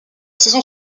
saison